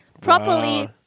properly